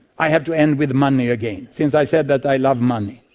i have to end with money again since i said that i love money.